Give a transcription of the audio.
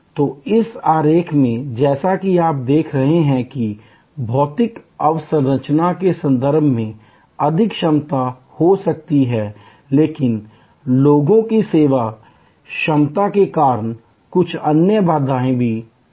तो इस आरेख में जैसा कि आप देख सकते हैं कि भौतिक अवसंरचना के संदर्भ में अधिकतम क्षमता हो सकती है लेकिन लोगों की सेवा क्षमता के कारण कुछ अन्य बाधाएं हो सकती हैं